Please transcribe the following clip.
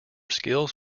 skills